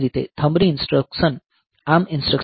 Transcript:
તે રીતે થંબની ઇન્સટ્રકશન ARM ઇન્સટ્રકશન કરતાં સ્લો હશે